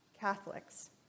Catholics